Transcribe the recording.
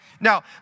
Now